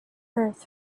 earth